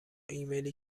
ایمیلی